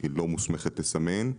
היא לא מוסמכת לסמן.